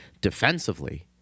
defensively